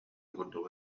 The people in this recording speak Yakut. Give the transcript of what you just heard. курдуга